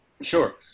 Sure